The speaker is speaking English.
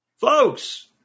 Folks